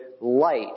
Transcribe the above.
light